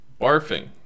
Barfing